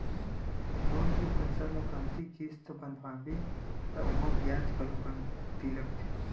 loan के पइसा ल कमती किस्त बंधवाबे त ओमा बियाज घलो कमती लागथे